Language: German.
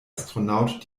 astronaut